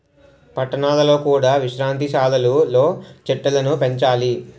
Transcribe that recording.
పట్టణాలలో కూడా విశ్రాంతి సాలలు లో చెట్టులను పెంచాలి